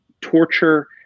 torture